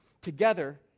together